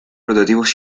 prototipos